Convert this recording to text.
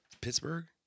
Pittsburgh